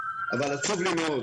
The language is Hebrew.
ועצוב לי מאוד